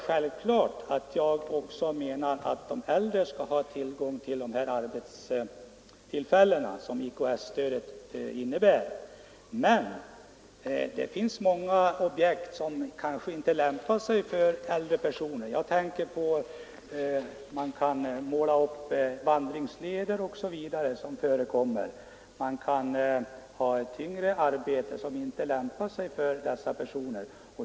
Självfallet menar också jag att de äldre skall ha tillgång till de arbetstillfällen som IKS-stödet kan medföra. Men det finns många arbeten som kanske inte lämpar sig för äldre personer. Jag tänker på utmärkning av vandringsleder och annat sådant och jag tänker på tyngre arbete som inte lämpar sig för äldre personer.